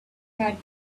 had